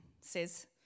says